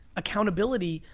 accountability,